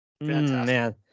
man